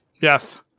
Yes